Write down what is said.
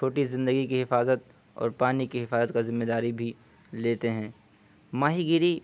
چھوٹی زندگی کی حفاظت اور پانی کی حفاظت کا ذمہ داری بھی لیتے ہیں ماہی گیری